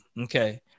okay